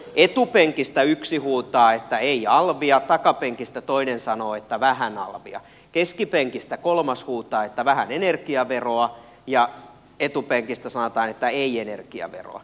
etupenkistä yksi huutaa että ei alvia takapenkistä toinen sanoo että vähän alvia keskipenkistä kolmas huutaa että vähän energiaveroa ja etupenkistä sanotaan että ei energiaveroa